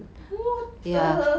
what the